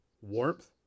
warmth